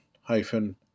hyphen